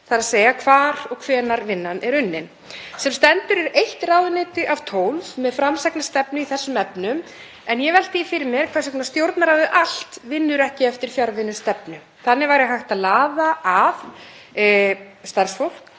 þ.e. hvar og hvenær vinnan er unnin. Sem stendur er eitt ráðuneyti hér af 12 með framsækna stefnu í þessum efnum. En ég velti því fyrir mér hvers vegna Stjórnarráðið allt vinnur ekki eftir fjarvinnustefnu. Þannig væri hægt að laða að starfsfólk,